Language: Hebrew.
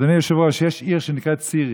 אדוני היושב-ראש, יש עיר שנקראת ציריך.